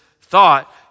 thought